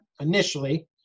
initially